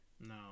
No